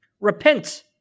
repent